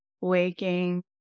waking